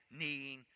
kneeing